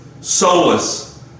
solace